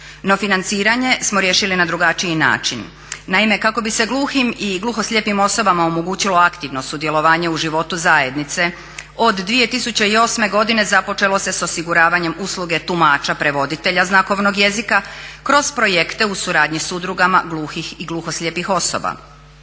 no financiranje smo riješili na drugačiji način. Naime kako bi se gluhim i gluhoslijepim osobama omogućilo aktivno sudjelovanje u životu zajednice od 2008. godine započelo se sa osiguravanjem usluge tumača prevoditelja znakovnog jezika kroz projekte u suradnji sa udrugama gluhih i gluhoslijepih osoba.